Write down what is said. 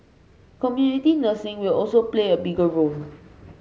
community nursing will also play a bigger role